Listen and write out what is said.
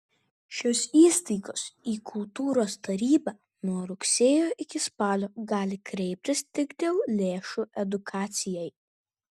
šios įstaigos į kultūros tarybą nuo rugsėjo iki spalio gali kreiptis tik dėl lėšų edukacijai